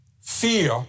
fear